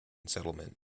settlement